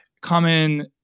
common